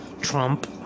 Trump